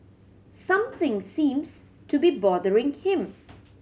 something seems to be bothering him